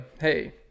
hey